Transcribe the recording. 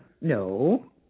No